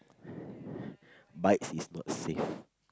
bikes is not safe